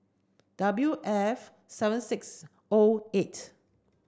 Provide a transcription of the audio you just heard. W F seven six O eight